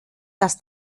dass